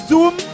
Zoom